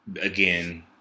again